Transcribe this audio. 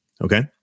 Okay